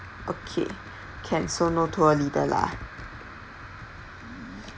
okay can so no tour leader lah